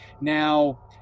Now